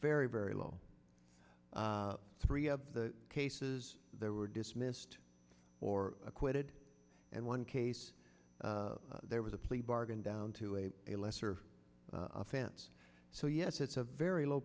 very very low three of the cases there were dismissed or acquitted and one case there was a plea bargain down to a a lesser offense so yes it's a very low